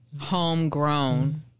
homegrown